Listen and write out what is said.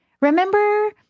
remember